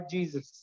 Jesus